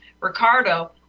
Ricardo